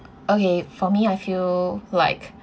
okay for me I feel like